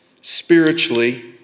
spiritually